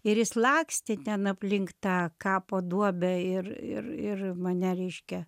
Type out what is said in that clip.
ir jis lakstė ten aplink tą kapo duobę ir ir ir mane reiškia